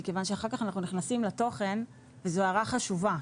מכיוון שאחר כך אנחנו נכנסים לתוכן וזו הערה חשובה.